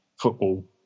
football